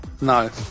No